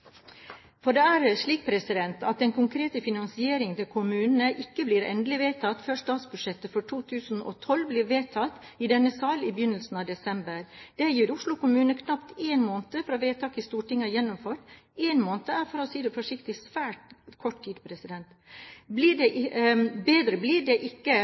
For det er slik at den konkrete finansieringen til kommunene ikke blir endelig vedtatt før statsbudsjettet for 2012 blir vedtatt i denne sal i begynnelsen av desember. Det gir Oslo kommune knapt én måned fra vedtaket i Stortinget er gjennomført. Én måned er, for å si det forsiktig, svært kort tid. Bedre blir det ikke